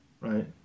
right